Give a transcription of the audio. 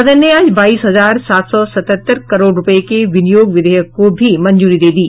सदन ने आज बाईस हजार सात सौ सतहत्तर करोड़ रूपये के विनियोग विधेयक को भी मंजूरी दे दी